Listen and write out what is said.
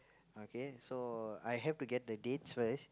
okay so I have to get the dates first